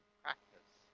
practice